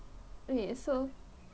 okay so